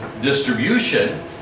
distribution